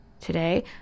today